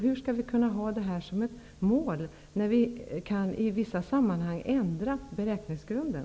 Hur skall vi kunna sätta upp det här som mål, om vi i vissa sammanhang kan ändra beräkningsgrunden?